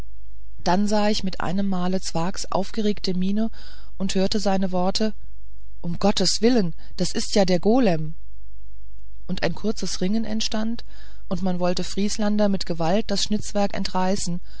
dann sah ich mit einem male zwakhs aufgeregte miene und hörte seine worte um gottes willen das ist ja der golem und ein kurzes ringen entstand und man wollte vrieslander mit gewalt das schnitzwerk entreißen